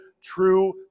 true